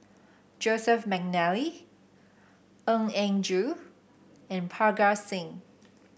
Joseph McNally Eng Yin Joo and Parga Singh